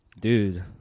Dude